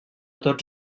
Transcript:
tots